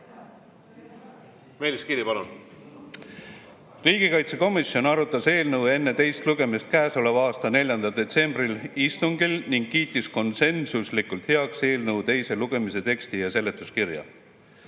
on järgmised. Riigikaitsekomisjon arutas eelnõu enne teist lugemist käesoleva aasta 4. detsembri istungil ning kiitis konsensuslikult heaks eelnõu teise lugemise teksti ja seletuskirja.